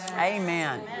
Amen